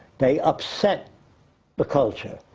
they upset the culture.